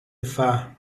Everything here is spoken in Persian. فهم